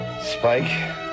spike